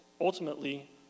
ultimately